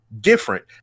different